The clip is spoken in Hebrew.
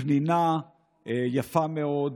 פנינה יפה מאוד.